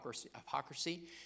hypocrisy